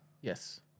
Yes